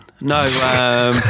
No